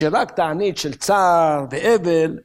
שרק תענית של צער ואבל